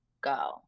go